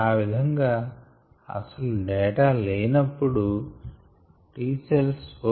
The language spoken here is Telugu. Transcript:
ఆవిధంగా అసలు డేటా లేనప్పుడు Γcells 4